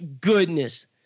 goodness